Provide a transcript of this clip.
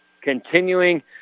continuing